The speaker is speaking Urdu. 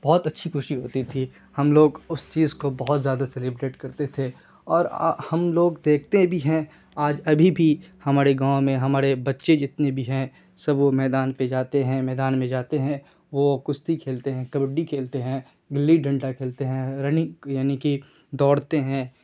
بہت اچھی خوشی ہوتی تھی ہم لوگ اس چیز کو بہت زیادہ سیلیبریٹ کرتے تھے اور ہم لوگ دیکھتے بھی ہیں آج ابھی بھی ہمارے گاؤں میں ہمارے بچے جتنے بھی ہیں سب وہ میدان پہ جاتے ہیں میدان میں جاتے ہیں وہ کشتی کھیلتے ہیں کبڈی کھیلتے ہیں گلی ڈنڈا کھیلتے ہیں رننگ یعنی کہ دوڑتے ہیں